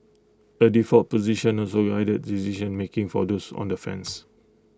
A default position also guided decision making for those on the fence